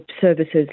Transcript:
services